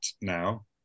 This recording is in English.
now